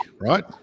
right